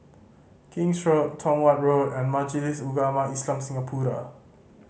King's Road Tong Watt Road and Majlis Ugama Islam Singapura